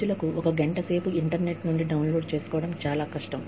ప్రజలకు ఒక గంట సేపు ఇంటర్నెట్ నుండి డౌన్లోడ్ చేసుకోవడం చాలా కష్టం